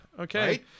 Okay